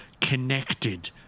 connected